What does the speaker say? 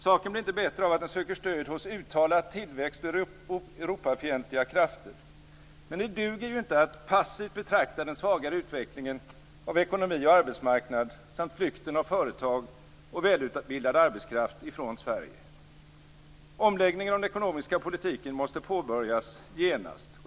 Saken blir inte bättre av att den söker stöd hos uttalat tillväxt och Europafientliga krafter. Men det duger inte att passivt betrakta den svagare utvecklingen av ekonomi och arbetsmarknad samt flykten av företag och välutbildad arbetskraft från Sverige. Omläggningen av den ekonomiska politiken måste påbörjas genast.